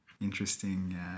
interesting